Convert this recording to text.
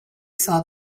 saw